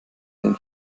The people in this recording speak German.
den